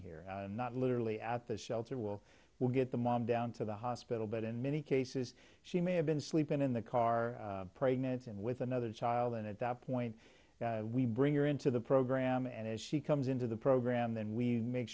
here not literally at the shelter will we get the mom down to the hospital but in many cases she may have been sleeping in the car pregnant and with another child and at that point we bring her into the program and as she comes into the program then we make